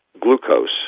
glucose